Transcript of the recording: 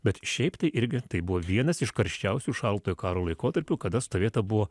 bet šiaip tai irgi tai buvo vienas iš karščiausių šaltojo karo laikotarpių kada stovėta buvo